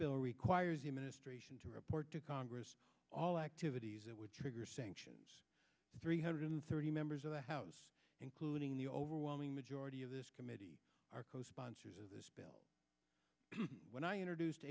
bill requires the ministration to report to congress all activities that would trigger sanctions and three hundred thirty members of the house including the overwhelming majority of this committee are co sponsors of this bill when i introduced